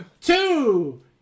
two